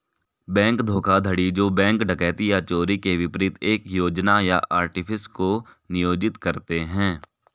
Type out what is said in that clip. bank धोखाधड़ी जो bank डकैती या चोरी के विपरीत एक योजना या आर्टिफिस को नियोजित करते हैं